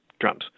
drums